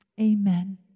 Amen